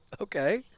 Okay